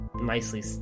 nicely